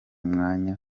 mwanya